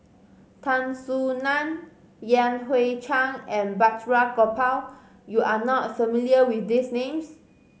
Tan Soo Nan Yan Hui Chang and Balraj Gopal you are not familiar with these names